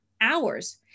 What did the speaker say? hours